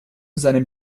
seinem